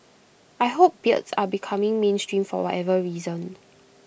I hope beards are becoming mainstream for whatever reason